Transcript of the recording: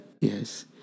yes